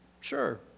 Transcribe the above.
sure